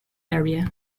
area